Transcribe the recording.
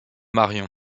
marion